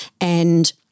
And-